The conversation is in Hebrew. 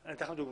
לדוגמה,